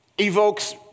evokes